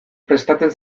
prestatzen